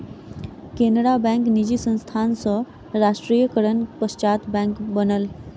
Canara bank निजी संस्थान सॅ राष्ट्रीयकरणक पश्चात बैंक बनल